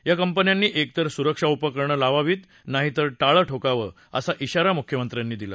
या कंपन्यांनी एकतर सुरक्षा उपकरणं लावावीत नाहीतर टाळं ठोकावं असा श्राारा मुख्यमंत्र्यांनी दिला